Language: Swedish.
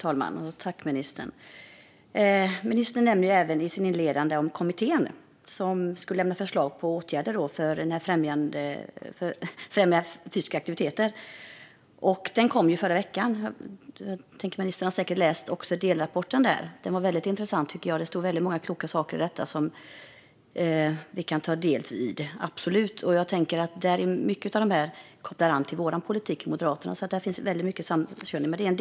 Fru talman! Ministern nämner i sitt inledande anförande den kommitté som ska lämna förslag till åtgärder för att främja fysisk aktivitet. Kommitténs delrapport kom i förra veckan; ministern har säkert läst den. Den var väldigt intressant och innehöll många kloka saker som vi absolut kan ta till oss. Mycket av detta knyter an till Moderaternas politik, så där finns väldigt mycket att samsas kring.